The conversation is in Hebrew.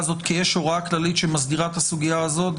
האת כי יש הוראה כללית שמסדירה את הסוגייה הזאת,